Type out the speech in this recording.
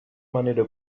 manera